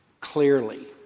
clearly